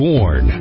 Born